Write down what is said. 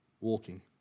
walking